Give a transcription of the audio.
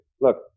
look